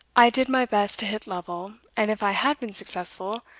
i did my best to hit lovel, and if i had been successful,